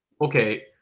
Okay